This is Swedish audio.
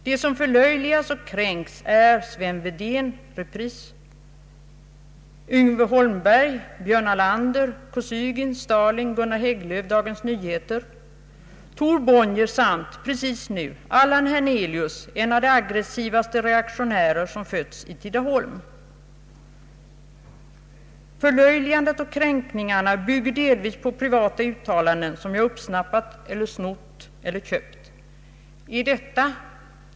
De som förlöjligas och kränks är Sven Wedén , Yngve Holmberg, Björn Ahlander, Kosygin, Stalin, Gunnar Hägglöf, Dagens Nyheter, Tor Bonnier samt, precis nu, Allan Hernelius — en av de aggressivaste reaktionärer som fötts i Tidaholm. Förlöjligandet och kränkningar Ang. otillbörlig marknadsföring, m.m. na bygger delvis på privata uttalanden som jag har uppsnappat eller snott eller köpt?” Är detta reklam?